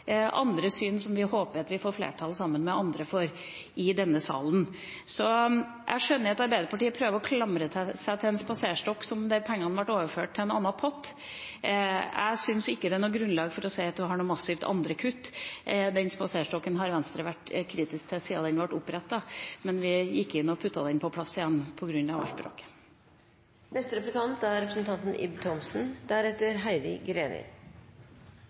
andre syn som vi håper at vi sammen med andre får flertall for i denne salen. Jeg skjønner at Arbeiderpartiet prøver å klamre seg til en spaserstokk der pengene ble overført til en annen pott. Jeg syns ikke det er noe grunnlag for å si at det er noen andre massive kutt. Den spaserstokken har Venstre vært kritisk til siden den ble opprettet, men vi fikk puttet den på plass igjen på grunn av bråket. Jeg vil også innom kulturfeltet. Jeg vet jo at Venstre og Trine Skei Grande er